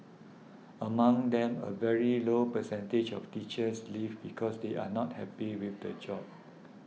among them a very low percentage of teachers leave because they are not happy with the job